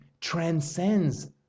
transcends